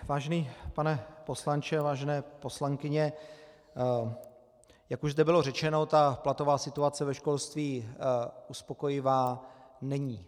Vážený pane poslanče, vážené poslankyně, jak už zde bylo řečeno, platová situace ve školství uspokojivá není.